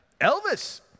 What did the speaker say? Elvis